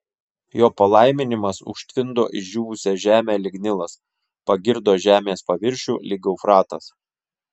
jo palaiminimas užtvindo išdžiūvusią žemę lyg nilas pagirdo žemės paviršių lyg eufratas